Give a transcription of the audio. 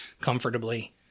comfortably